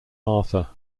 arthur